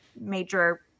major